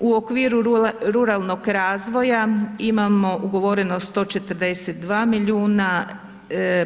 U okviru ruralnog razvoja imamo ugovoreno 142 milijuna,